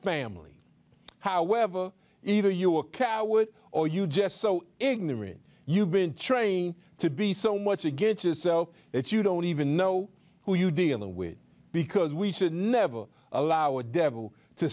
family however either you are cowards or you just so ignorant you been trained to be so much against yourself that you don't even know who you deal with because we should never allow a devil to